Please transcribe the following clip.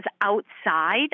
outside